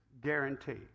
guarantee